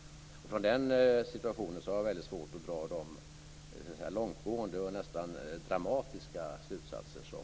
Från den situationen har jag väldigt svårt att dra de långtgående och nästan dramatiska slutsatser som